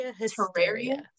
terraria